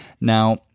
Now